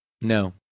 No